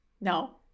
No